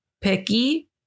picky